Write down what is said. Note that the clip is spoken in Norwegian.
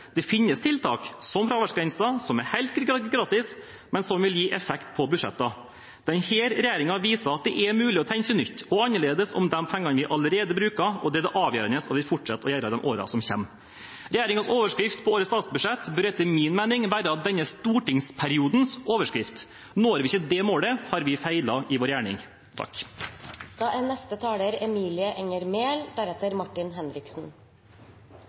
Det finnes tiltak som fraværsgrensen, som er helt gratis, men som vil gi effekt på budsjettene. Denne regjeringen viser at det er mulig å tenke nytt og annerledes om de pengene vi allerede bruker, og det er det avgjørende at vi fortsetter å gjøre i de årene som kommer. Regjeringens overskrift på årets statsbudsjett bør etter min mening være denne stortingsperiodens overskrift. Når vi ikke det målet, har vi feilet i vår gjerning. Nærhet, trygghet og forebygging er